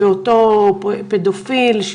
בפדופיל.